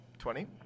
Twenty